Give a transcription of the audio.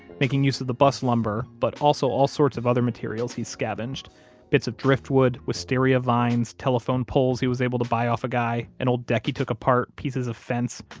making use of the bus lumber, but also all sorts of other materials he's scavenged bits of driftwood, wisteria vines, telephone poles he was able to buy off a guy, an old deck he took apart, pieces of fence,